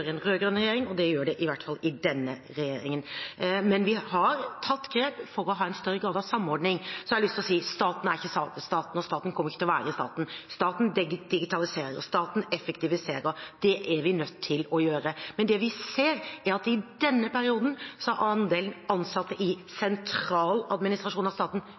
en rød-grønn regjering, og det gjør det i hvert fall i denne regjeringen. Men vi har tatt grep for å ha en større grad av samordning. Så har jeg lyst til å si at staten er ikke staten, og staten kommer ikke til å være i staten. Staten digitaliserer. Staten effektiviserer. Det er vi nødt til å gjøre. Men det vi ser, er at i denne perioden har andelen ansatte i sentraladministrasjonen av staten